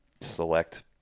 select